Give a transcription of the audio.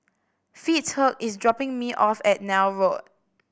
Fitzhugh is dropping me off at Neil Road